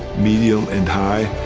medium and high,